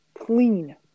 clean